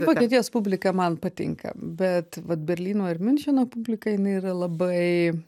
vokietijos publika man patinka bet vat berlyno ir miuncheno publika jinai yra labai